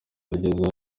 rugezeho